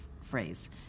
phrase